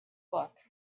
book